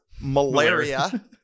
malaria